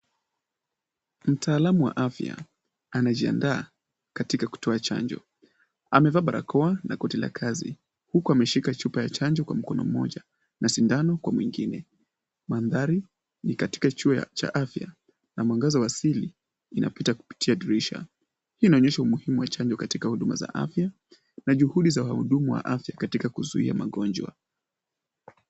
Mtaalamu wa afya anajiandaa katika kutoa chanjo. Amevaa barakoa na koti la kazi huku ameshika chupa ya chanjo kwa mkono mmoja na sindano kwa mwingine. Mandhari ni katika chuo cha afya na mwangaza wa asili inapita kupitia dirisha. Hii inaonyesha umuhimu wa chanjo katika huduma za afya na juhudi za wahudumu wa afya katika kuzuia magonjwa.